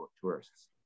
tourists